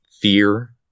fear